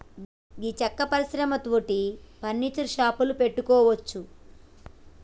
గీ సెక్క పరిశ్రమ తోటి ఫర్నీచర్ షాపులు పెట్టుకోవచ్చు